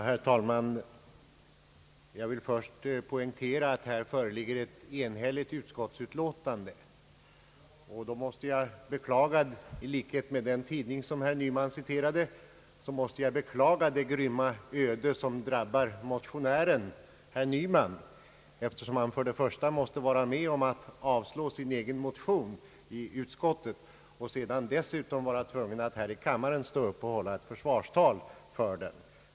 Herr talman! Jag vill först poängtera att det föreligger ett enhälligt utskottsutlåtande. Därför måste jag, i likhet med den tidning herr Nyman citerade, beklaga det grymma öde som drabbar motionären herr Nyman, när han för det första måst vara med om att avslå sin egen motion i utskottet och ändå för det andra är tvungen att här i kammaren stå upp och hålla ett försvarstal för den.